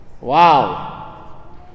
Wow